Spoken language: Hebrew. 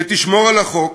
שתשמור על החוק,